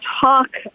talk